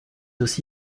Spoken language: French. aussi